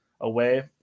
away